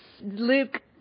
luke